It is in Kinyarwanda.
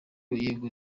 yego